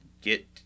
get